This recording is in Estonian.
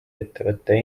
ettevõtte